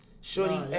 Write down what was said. Shorty